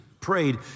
prayed